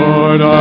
Lord